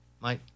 Mike